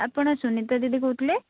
ଆପଣ ସୁନିତା ଦିଦି କହୁଥିଲେ